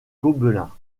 gobelins